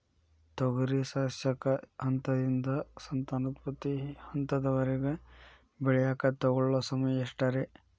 ತೊಗರಿ ಸಸ್ಯಕ ಹಂತದಿಂದ, ಸಂತಾನೋತ್ಪತ್ತಿ ಹಂತದವರೆಗ ಬೆಳೆಯಾಕ ತಗೊಳ್ಳೋ ಸಮಯ ಎಷ್ಟರೇ?